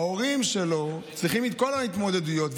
ההורים שלו צריכים להסתדר עם כל ההתמודדויות,